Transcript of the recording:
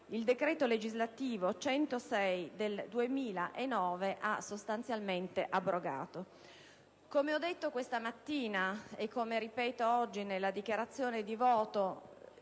il decreto legislativo n. 106 del 2009 ha sostanzialmente abrogato. Come ho detto questa mattina e come ripeto oggi nella dichiarazione di voto,